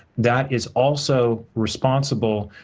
that is also responsible,